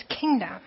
kingdom